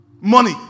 money